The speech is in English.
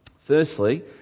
firstly